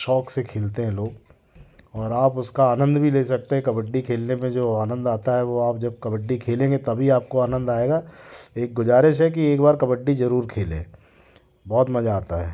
शौक से खेलते हैं लोग और आप उसका आनंद भी ले सकते कबड्डी खेलने में जो आनंद आता है वो आप जब कबड्डी खेलेंगे तभी आपको आनंद आएगा एक गुजारिश है कि एक बार कबड्डी जरूर खेलें बहुत मजा आता है